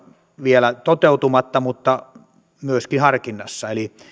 vielä toteutumatta mutta myöskin harkinnassa eli